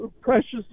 precious